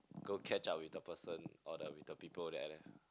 go catch up with the person or the with the people that are there